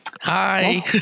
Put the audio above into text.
Hi